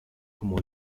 como